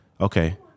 okay